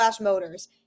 motors